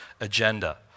agenda